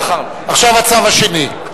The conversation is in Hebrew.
עכשיו הצו השני.